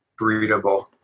breedable